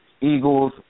Eagles